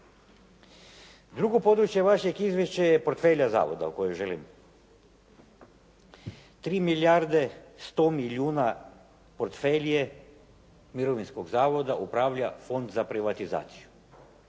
Drugo područje vašeg izvješća je portfelja zavoda o kojem želim. 3 milijarde 100 milijuna portfelje mirovinskog zavoda, upravlja Fond za privatizaciju